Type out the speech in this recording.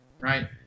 right